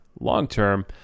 long-term